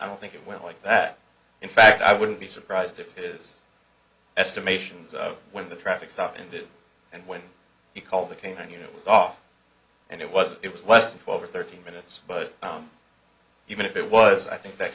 i don't think it went like that in fact i wouldn't be surprised if this estimation when the traffic stop ended and when he called the canine unit off and it was it was less than twelve or thirteen minutes but even if it was i think that